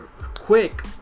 quick